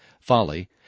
Folly